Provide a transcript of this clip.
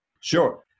Sure